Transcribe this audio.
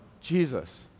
Jesus